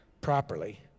properly